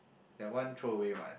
that one throw away [what]